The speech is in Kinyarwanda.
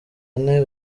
ane